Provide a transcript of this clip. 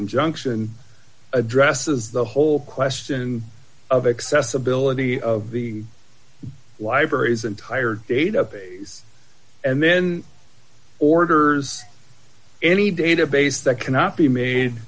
injunction addresses the whole question of accessibility of the library's entire database and then orders any database that cannot be made